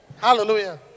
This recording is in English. Hallelujah